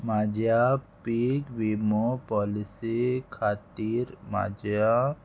म्हाज्या पीक विमो पॉलिसी खातीर म्हाज्या